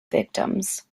victims